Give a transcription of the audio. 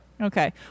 Okay